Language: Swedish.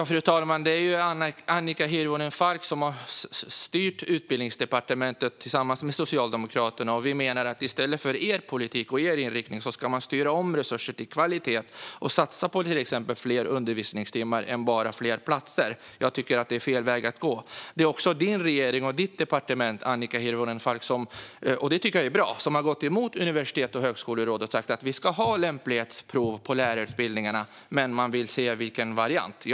Fru talman! Det är ju Annika Hirvonen Falks parti som tillsammans med Socialdemokraterna har styrt Utbildningsdepartementet. Vi menar att man i stället för er politik och er inriktning ska styra om resurser till kvalitet och satsa på till exempel fler undervisningstimmar i stället för enbart på fler platser. Jag tycker att det är fel väg att gå. Det är också din regering och ditt departement, Annika Hirvonen Falk, som har gått emot Universitets och högskolerådet och sagt att vi ska ha lämplighetsprov på lärarutbildningarna men att man vill se vilken variant. Det tycker jag är bra.